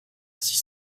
six